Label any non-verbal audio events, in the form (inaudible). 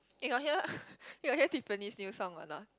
you got hear (breath) you got hear Tiffany's new song or not